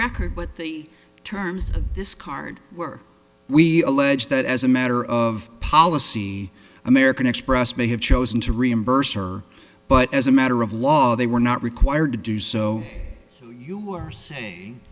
record but the terms of this card were we allege that as a matter of policy american express may have chosen to reimburse her but as a matter of law they were not required to do so you were saying